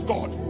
God